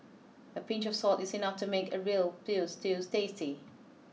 a pinch of salt is enough to make a real veal stew tasty